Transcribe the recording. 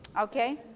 Okay